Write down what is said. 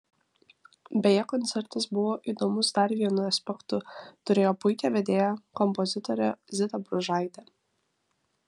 beje koncertas buvo įdomus dar vienu aspektu turėjo puikią vedėją kompozitorę zitą bružaitę